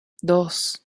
dos